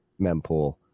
Mempool